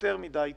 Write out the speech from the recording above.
יותר מידיי טוב.